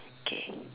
okay